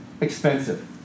expensive